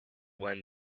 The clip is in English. when